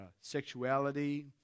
sexuality